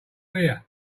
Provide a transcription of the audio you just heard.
here